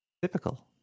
Typical